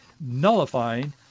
nullifying